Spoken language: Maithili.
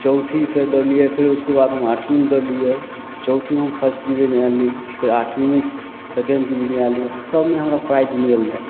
चौथी फेर दौड़लिए फिर उसके बाद हम आठबीमे दौड़लिए चौथीमे हम फर्स्ट डिबीजन आनली फेर आठबीमे सकेंड डिबीजन आनलिए सबमे हमरा प्राइज मिलल रहै